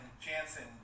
Jansen